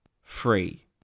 free